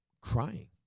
crying